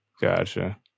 Gotcha